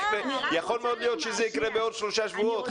יכול מאוד להיות שזה יקרה בעוד שלושה שבועות.